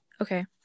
Okay